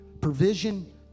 provision